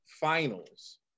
finals